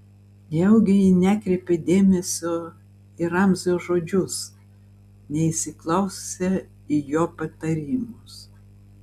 nejaugi ji nekreipė dėmesio į ramzio žodžius neįsiklausė į jo patarimus